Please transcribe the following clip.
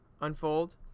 unfold